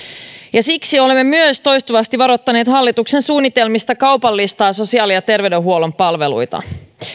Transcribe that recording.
ja siksi olemme myös toistuvasti varoittaneet hallituksen suunnitelmista kaupallistaa sosiaali ja terveydenhuollon palveluita